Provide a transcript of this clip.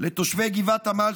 לתושבי גבעת עמל,